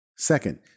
Second